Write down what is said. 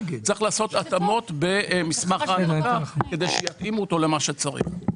צריך לעשות התאמות במסמך העברה כדי שיתאימו אותו למה שצריך.